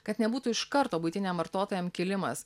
kad nebūtų iš karto buitiniam vartotojam kilimas